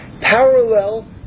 parallel